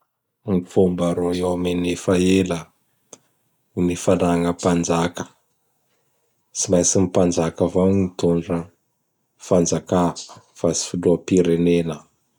Gny fomba a Royaume-Unis fa ela, gny fanagna Mpanjaka. Tsy maintsy ny mpanjaka avao gn mitondra fanjakà fa tsy Filoham-pirenena.